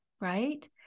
Right